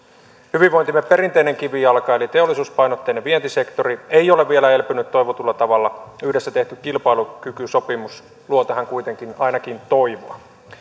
hyvinvointimme perinteinen kivijalka eli teollisuuspainotteinen vientisektori ei ole vielä elpynyt toivotulla tavalla yhdessä tehty kilpailukykysopimus luo tähän kuitenkin ainakin toivoa